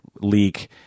leak